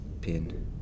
pin